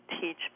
teach